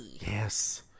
Yes